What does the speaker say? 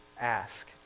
ask